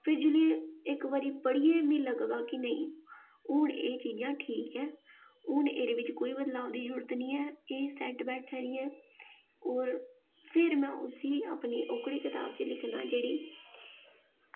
फिर जेल्लै इक बारी पढ़ियै मिगी लगदा कि नेईं हून एह् चीज़ां ठीक ऐ हून एह्दे बिच्च कोई बदलाब दी जरूरत निं ऐ एह् सेट बैठा दी ऐ होर फिर में उसी अपनी ओह्कड़ी कताब च लिखना जेह्ड़ी